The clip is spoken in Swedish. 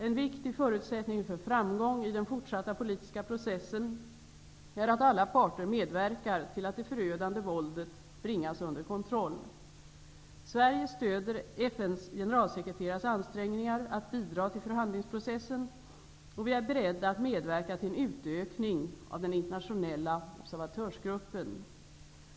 En viktig förutsättning för framgång i den fortsatta politiska processen är att alla parter medverkar till att det förödande våldet bringas under kontroll. Sverige stöder FN:s generalsekreterares ansträngningar att bidra till förhandlingsprocessen, och vi är beredda att medverka till en utökning av den internationella observatörsgruppen.